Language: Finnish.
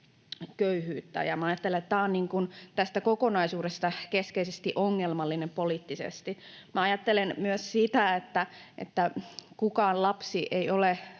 että tämä on tässä kokonaisuudessa keskeisesti ongelmallinen poliittisesti. Minä ajattelen myös sitä, että kukaan lapsi ei ole